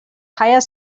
hire